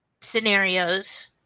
scenarios